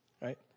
Right